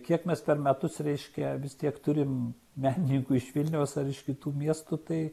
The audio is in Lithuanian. kiek mes per metus reiškia vis tiek turim menininkų iš vilniaus ar iš kitų miestų tai